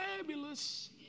fabulous